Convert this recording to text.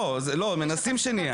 לא, מנסים שנהיה.